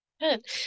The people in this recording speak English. Good